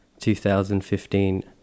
2015